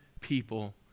people